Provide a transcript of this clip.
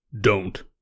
Don't